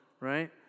right